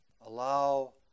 allow